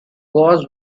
was